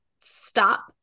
stop